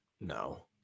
No